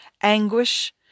anguish